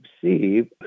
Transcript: see